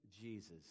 Jesus